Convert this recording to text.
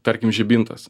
tarkim žibintas